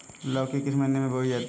लौकी किस महीने में बोई जाती है?